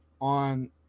on